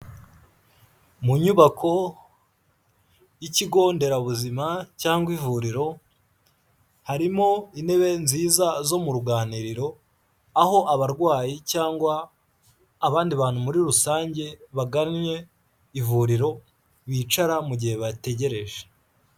Mu nyubako y'ikigo nderabuzima cyangwa ivuriro, harimo intebe nziza zo mu ruganiriro, aho abarwayi cyangwa abandi bantu muri rusange bagannye ivuriro bicara mu gihe bategereje.